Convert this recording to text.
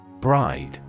Bride